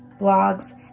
blogs